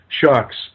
shocks